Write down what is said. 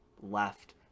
left